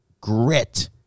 grit